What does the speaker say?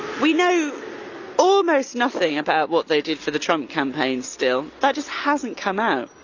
we know almost nothing about what they did for the trump campaign still, that just hasn't come out.